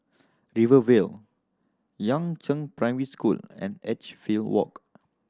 Rivervale Yangzheng Primary School and Edgefield Walk